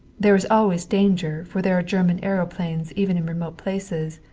there is always danger, for there are german aeroplanes even in remote places.